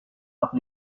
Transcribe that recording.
par